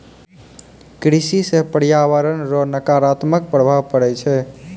कृषि से प्रर्यावरण रो नकारात्मक प्रभाव पड़ै छै